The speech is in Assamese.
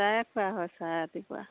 চাহে খোৱা হয় চাহ ৰাতিপুৱা